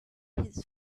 his